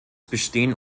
bestehen